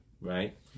right